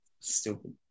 stupid